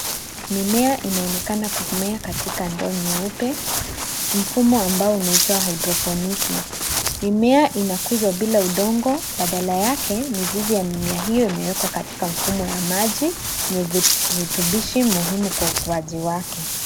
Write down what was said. Mimea inaonekana kumea katika ndoo nyeupe, mfumo ambao unaitwa haidroponiki. Mimea inakuzwa bila udongo, badala yake mizizi ya mimea hiyo imewekwa katika mfumo ya maji yenye virutubishi muhimu kwa ukuaji wake.